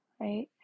right